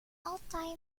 altai